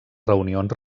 reunions